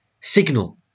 signal